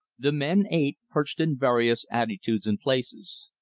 the men ate, perched in various attitudes and places.